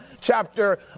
chapter